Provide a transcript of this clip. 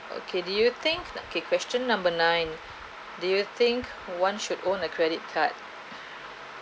okay do you think okay question number nine do you think one should own a credit card